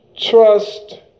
Trust